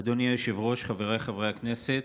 אדוני היושב-ראש, חבריי חברי הכנסת,